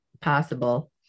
possible